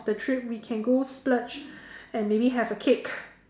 the trip we can go splurge and maybe have a cake